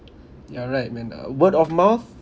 you're right man uh word of mouth